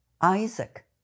Isaac